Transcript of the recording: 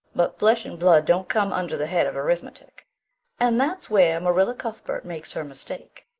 but flesh and blood don't come under the head of arithmetic and that's where marilla cuthbert makes her mistake.